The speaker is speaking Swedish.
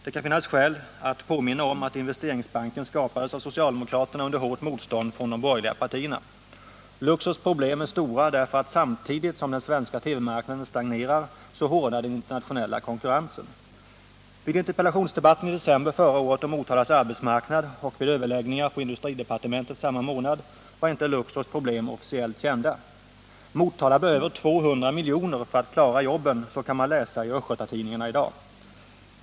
Det kan finnas skäl att påminna om att Investeringsbanken skapades av socialdemokraterna under hårt motstånd från de borgerliga partierna. Luxors problem är stora på grund av att den svenska TV-marknaden stagnerar samtidigt som den internationella konkurrensen hårdnar. Vid interpellationsdebatten i december förra året om Motalas arbetsmarknad och vid överläggningar på industridepartementet samma månad var inte Luxors problem officiellt kända. Motala behöver 200 miljoner för att klara jobben, det kan man läsa i östgötatidningarna i dag.